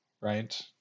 right